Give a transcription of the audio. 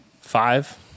Five